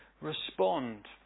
respond